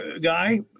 guy